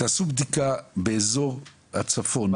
תעשו בדיקה באזור הצפון,